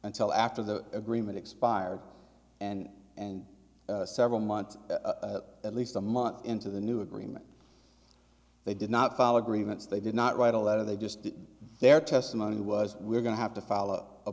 until after the agreement expired and and several months at least a month into the new agreement they did not follow agreements they did not write a letter they just did their testimony was we're going to have to follow a